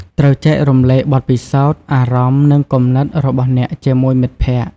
ត្រូវចែករំលែកបទពិសោធន៍ អារម្មណ៍ និងគំនិតរបស់អ្នកជាមួយមិត្តភក្តិ។